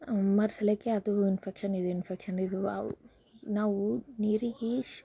ಮರಸ್ಲೇಕೆ ಅದು ಇನ್ಫೆಕ್ಷನ್ ಇದು ಇನ್ಫೆಕ್ಷನ್ ಇದು ಅವು ನಾವು ನೀರಿಗೆ